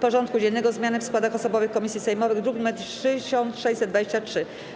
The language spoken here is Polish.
porządku dziennego: Zmiany w składach osobowych komisji sejmowych (druk nr 1623)